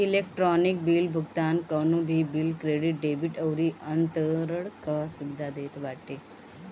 electronic bill भुगतान कवनो भी बिल, क्रेडिट, डेबिट अउरी अंतरण कअ सुविधा देत बाटे